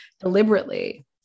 deliberately